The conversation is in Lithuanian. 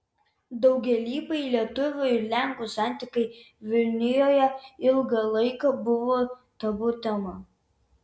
daugialypiai lietuvių ir lenkų santykiai vilnijoje ilgą laiką buvo tabu tema